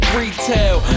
retail